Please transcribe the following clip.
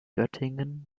göttingen